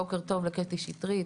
בוקר טוב לקטי שטרית,